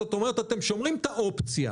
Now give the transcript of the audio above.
זאת אומרת שאתם שומרים את האופציה